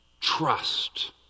Trust